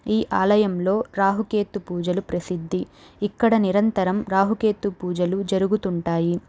ఈ ఆలయంలో రాహుకేతు పూజలు ప్రసిద్ధి ఇక్కడ నిరంతరం రాహుకేతు పూజలు జరుగుతుంటాయి